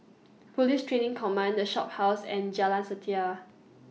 Police Training Command The Shophouse and Jalan Setia